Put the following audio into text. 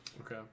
Okay